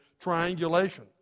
triangulation